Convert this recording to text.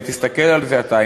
אם תסתכל על זה אתה,